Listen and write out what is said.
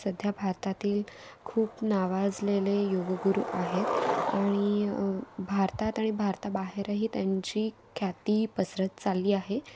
सध्या भारतातील खूप नावाजलेले योग गुरू आहेत आणि भारतात आणि भारताबाहेरही त्यांची ख्याती पसरत चालली आहे